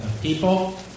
people